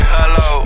Hello